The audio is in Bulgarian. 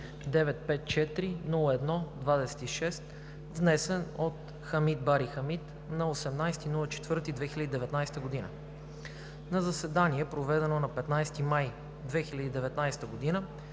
954-01-26, внесен от Хамид Бари Хамид на 18 април 2019 г. На заседание, проведено на 15 май 2019 г.,